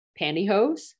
pantyhose